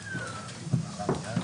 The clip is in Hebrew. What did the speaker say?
קודם כל תודה רבה, יושב-ראש הוועדה,